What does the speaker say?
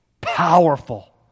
powerful